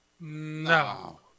No